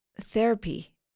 therapy